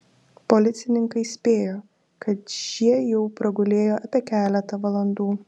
policininkai spėjo kad šie čia pragulėjo apie keletą valandų